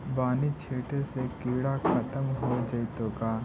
बानि छिटे से किड़ा खत्म हो जितै का?